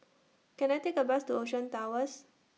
Can I Take A Bus to Ocean Towers